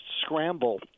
scramble